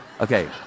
okay